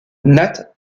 nat